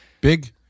big